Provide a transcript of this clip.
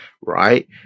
right